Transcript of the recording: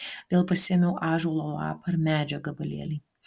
vėl pasiėmiau ąžuolo lapą ir medžio gabalėlį